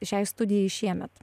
šiai studijai šiemet